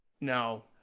No